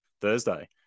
thursday